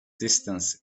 distance